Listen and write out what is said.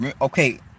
okay